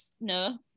no